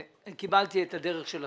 קיבלתי את הדרך שלכם.